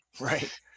right